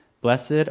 Blessed